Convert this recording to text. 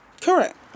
Correct